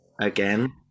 again